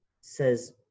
says